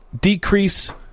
decrease